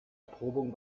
erprobung